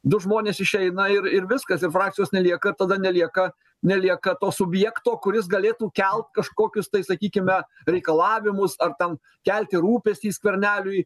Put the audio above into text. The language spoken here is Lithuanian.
du žmonės išeina ir ir viskas ir frakcijos nelieka ir tada nelieka nelieka to subjekto kuris galėtų kelt kažkokius tai sakykime reikalavimus ar ten kelti rūpestį skverneliui